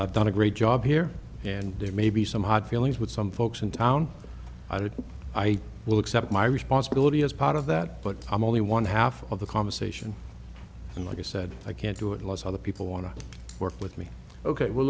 i've done a great job here and there may be some hard feelings with some folks in town i did i will accept my responsibility as part of that but i'm only one half of the conversation and like i said i can't do it unless other people want to work with me ok we'll